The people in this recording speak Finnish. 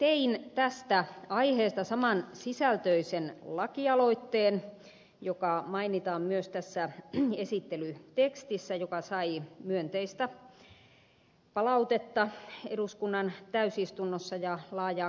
tein tästä aiheesta saman sisältöisen lakialoitteen joka mainitaan myös tässä esittelytekstissä ja joka sai myönteistä palautetta ja laajaa kannatusta eduskunnan täysistunnossa